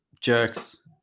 jerks